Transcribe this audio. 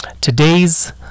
Today's